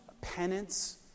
penance